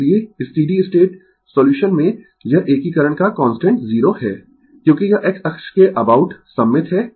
इसलिए steady state solution में यह एकीकरण का कांस्टेंट 0 है क्योंकि यह X अक्ष के अबाउट सममित है